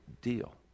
deal